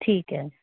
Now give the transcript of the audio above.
ਠੀਕ ਹੈ